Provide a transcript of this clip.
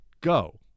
go